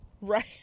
Right